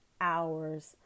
hours